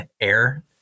air